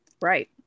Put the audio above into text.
Right